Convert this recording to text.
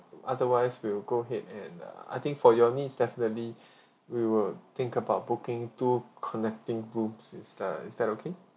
otherwise we'll go ahead and uh I think for your needs definitely we will think about booking two connecting rooms is uh is that okay